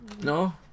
No